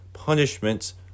punishments